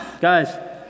Guys